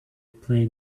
play